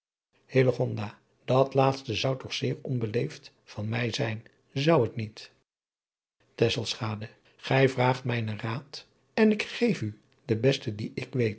at laatste zou toch zeer onbeleefd van mij zijn ou het niet ij vraagt mijnen raad enik geef u den besten dien ik